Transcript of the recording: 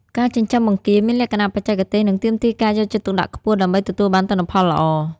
ការចិញ្ចឹមបង្គាមានលក្ខណៈបច្ចេកទេស និងទាមទារការយកចិត្តទុកដាក់ខ្ពស់ ដើម្បីទទួលបានទិន្នផលល្អ។